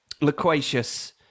loquacious